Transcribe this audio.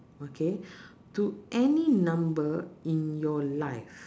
okay to any number in your life